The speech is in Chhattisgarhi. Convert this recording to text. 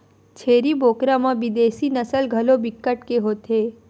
छेरी बोकरा म बिदेसी नसल घलो बिकट के होथे